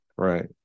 Right